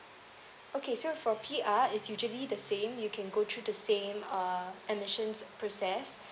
okay so for P_R is usually the same you can go through the same uh admission process